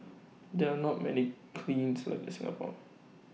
there are not many kilns left in Singapore